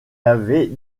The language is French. avait